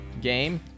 game